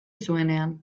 zuenean